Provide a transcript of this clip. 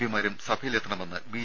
പിമാരും സഭയിൽ എത്തണമെന്ന് ബി